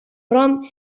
rom